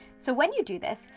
so when you do this,